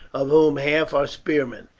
of whom half are spearmen.